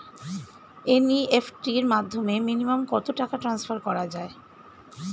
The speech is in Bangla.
এন.ই.এফ.টি র মাধ্যমে মিনিমাম কত টাকা ট্রান্সফার করা যায়?